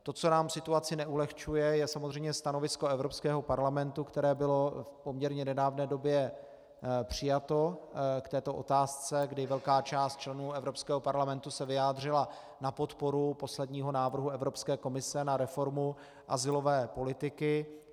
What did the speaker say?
To, co nám situaci neulehčuje, je samozřejmě stanovisko Evropského parlamentu, které bylo v poměrně nedávné době přijato k této otázce, kdy velká část členů Evropského parlamentu se vyjádřila na podporu posledního návrhu Evropské komise na reformu azylové politiky.